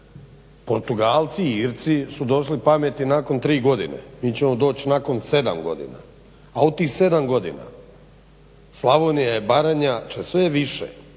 Portugalci, Irci su došli pameti nakon 3 godine, mi ćemo doći nakon 7 godina. A u tih 7 godina Slavonija i Baranja će sve više,